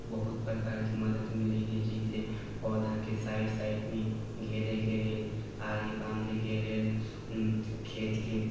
बहुत प्रकारके मदद मिलैया जइसे पौधाके साइड साइडमे घेरैके लेल आड़ि बाँधेके लेल खेतके